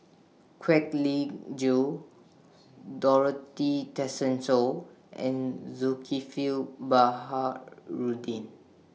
Kwek Leng Joo Dorothy Tessensohn and Zulkifli Baharudin